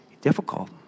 difficult